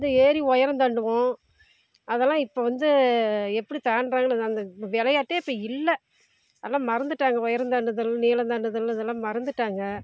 வந்து ஏறி உயரம் தாண்டுவோம் அதெல்லாம் இப்போது வந்து எப்படி தாண்டுறாங்கன்னு அந்த விளையாட்டே இப்போ இல்லை அதெல்லாம் மறந்துவிட்டாங்க உயரம் தாண்டுதல் நீளம் தாண்டுதல் இதெல்லாம் மறந்துவிட்டாங்க